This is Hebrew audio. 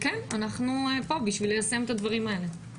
אנחנו פה בשביל ליישם את הדברים האלה.